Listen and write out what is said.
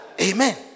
Amen